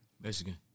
Michigan